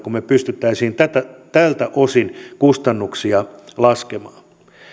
kun me pystyisimme tältä tältä osin kustannuksia laskemaan